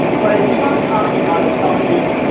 what i do want to talk to you about is something.